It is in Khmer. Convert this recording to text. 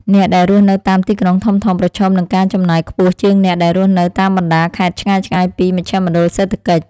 អ្នកដែលរស់នៅតាមទីក្រុងធំៗប្រឈមនឹងការចំណាយខ្ពស់ជាងអ្នកដែលរស់នៅតាមបណ្តាខេត្តឆ្ងាយៗពីមជ្ឈមណ្ឌលសេដ្ឋកិច្ច។